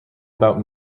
about